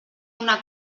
una